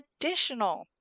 additional